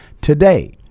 today